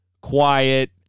quiet